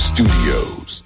Studios